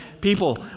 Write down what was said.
people